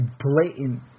blatant